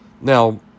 Now